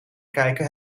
kijken